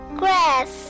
grass